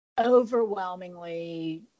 overwhelmingly